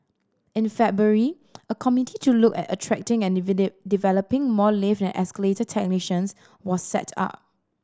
in February a committee to look at attracting and developing more lift and escalator technicians was set up